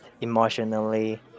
emotionally